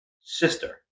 sister